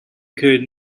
could